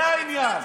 זה העניין.